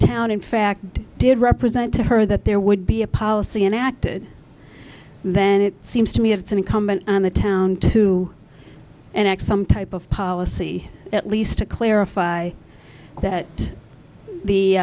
town in fact did represent to her that there would be a policy enacted then it seems to me it's incumbent on the town to annex some type of policy at least to clarify that